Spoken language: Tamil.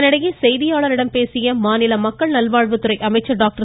இதனிடையே செய்தியாளர்களிடம் பேசிய மாநில மக்கள் நல்வாழ்வுத்துறை அமைச்சர் டாக்டர்